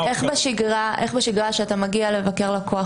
אתכם --- איך בשגרה כשאתה מגיע לבקר לקוח?